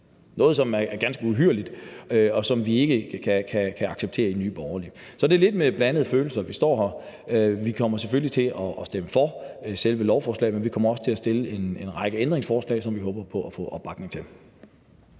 noget, som er ganske uhyrligt, og som vi ikke kan acceptere i Nye Borgerlige. Så det er lidt med blandede følelser, vi står her. Vi kommer selvfølgelig til at stemme for selve lovforslaget, men vi kommer også til at stille en række ændringsforslag, som vi håber på at få opbakning til.